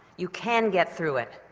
you can get through it,